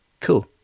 Cool